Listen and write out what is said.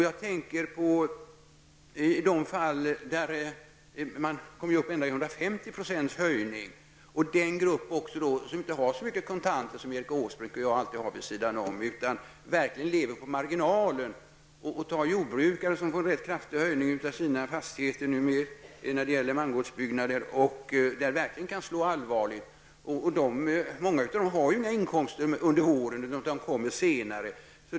Jag tänker på de fall där man kommer ända upp i 150 % höjning och den grupp som inte har så mycket kontanter som Erik Åsbrink och jag alltid har vid sidan om, utan som verkligen lever på marginalen. Jordbrukare får exempelvis rätt kraftiga höjningar av skatten på sina fastigheter numera, mangårdsbyggnader, där det verkligen kan slå allvarligt. Många av dem har inga inkomster under våren utan får dem först senare.